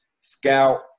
scout